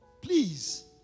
Please